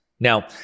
Now